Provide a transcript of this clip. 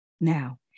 Now